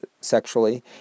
sexually